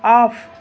off